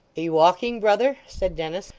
are you walking, brother said dennis.